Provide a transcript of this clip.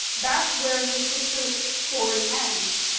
that's where his sister's story ends.